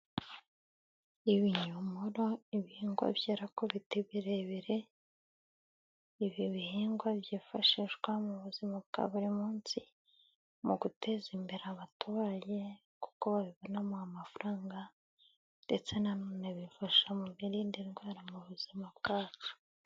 Ibinyomoro ibihingwa byera ku biti birebire. Ibi bihingwa byifashishwa mu buzima bwa buri munsi mu guteza imbere abaturage kuko babibonamo amafaranga, ndetse nanone bifasha mu birinda indwara mu buzima bwacu.